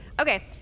Okay